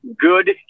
good